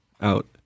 out